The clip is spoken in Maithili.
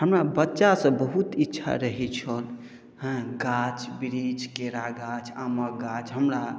हमरा बच्चासँ बहुत इच्छा रहैत छल हँ गाछ वृक्ष केरा गाछ आमक गाछ हमरा